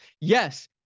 Yes